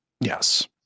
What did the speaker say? Yes